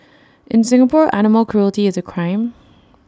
in Singapore animal cruelty is A crime